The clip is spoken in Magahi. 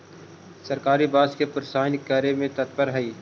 सरकार बाँस के उत्पाद के प्रोत्साहित करे में तत्पर हइ